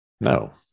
No